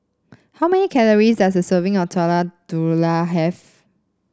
how many calories does a serving of Telur Dadah have